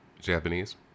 Japanese